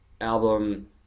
album